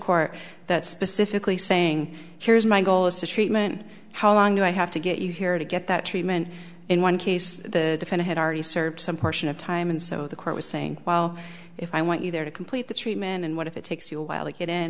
court that specifically saying here's my goal is to treatment how long do i have to get you here to get that treatment in one case the defense had already served some portion of time and so the court was saying well if i want you there to complete the treatment and what if it takes you a while to get in